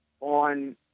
on